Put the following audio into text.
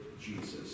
Jesus